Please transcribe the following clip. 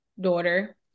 daughter